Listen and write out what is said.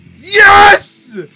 Yes